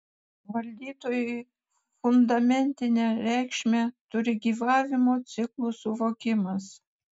valdytojui fundamentinę reikšmę turi gyvavimo ciklų suvokimas